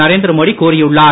நரேந்திரமோடி கூறியுள்ளார்